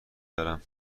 دارم